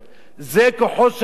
זה כוחו של מנהיג,